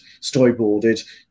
storyboarded